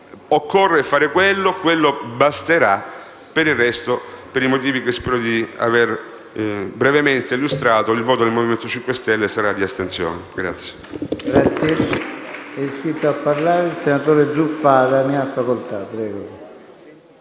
Occorre fare quello e basterà. Per il resto, per i motivi che spero di aver brevemente illustrato, il voto del Movimento 5 Stelle sarà di astensione.